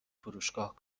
فروشگاه